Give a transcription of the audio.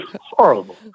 horrible